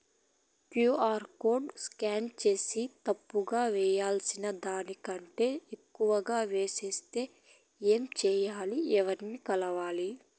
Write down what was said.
QR code scan సేసి తప్పు గా వేయాల్సిన దానికంటే ఎక్కువగా వేసెస్తే ఏమి సెయ్యాలి? ఎవర్ని కలవాలి?